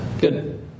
good